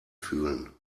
fühlen